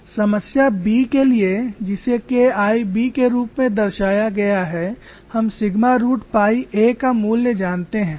समस्या के लिए जिसे K I b के रूप में दर्शाया गया है हम सिग्मा रूट पाई a का मूल्य जानते हैं